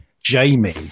Jamie